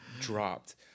dropped